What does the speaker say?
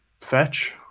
Fetch